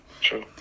true